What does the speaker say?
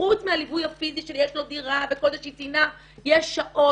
חוץ מהליווי הפיזי שיש לו דירה וכל זה שהיא ציינה יש שעות